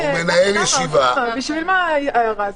בשביל מה ההערה הזאת?